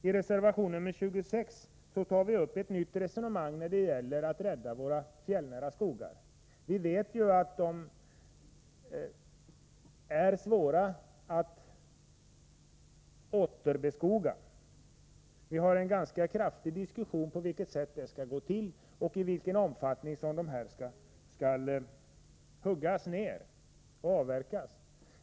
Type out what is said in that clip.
I reservation nr 26 för vi ett nytt resonemang när det gäller strävan att rädda våra fjällnära skogar. Vi vet att dessa marker är svåra att återbeskoga. Vi har i dag en ganska livlig diskussion om hur en återbeskogning skall gå till och i vilken omfattning som träden skall avverkas.